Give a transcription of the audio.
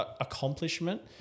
accomplishment